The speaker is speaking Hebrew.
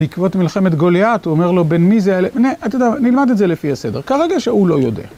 בעקבות מלחמת גוליית, הוא אומר לו, בן מי זה ה... אתה יודע, נלמד את זה לפי הסדר. כרגע שהוא לא יודע.